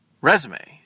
resume